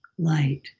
light